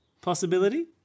possibility